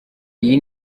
iyi